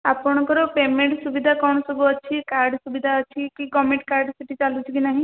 ଆପଣଙ୍କର ପେମେଣ୍ଟ ସୁବିଧା କ'ଣ ସବୁ ଅଛି କାର୍ଡ଼୍ ସୁବିଧା ଅଛି କି ଗଭର୍ନମେଣ୍ଟ କାର୍ଡ଼୍ ସେଠି ଚାଲୁଛି କି ନାହିଁ